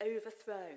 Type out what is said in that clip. overthrown